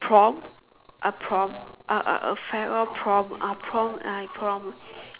prom a prom a a a farewell prom a prom uh prom